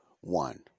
one